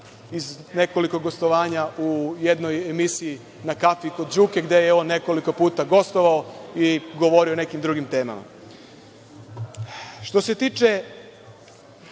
iz nekoliko gostovanja u jednoj emisiji „Na kafi kod Đuke“, gde je nekoliko puta gostovao i govorio o nekim drugim temama. Što se tiče